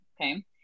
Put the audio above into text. okay